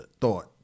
thought